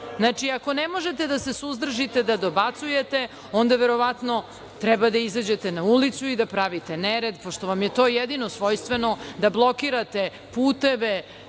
ako ne možete da se suzdržite da dobacujete, onda verovatno treba da izađete na ulicu i da pravite nered, pošto vam je to jedino svojstveno, da blokirate puteve,